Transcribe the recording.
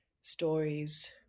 stories